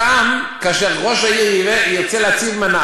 שם, כאשר ראש העיר ירצה להציב מבנה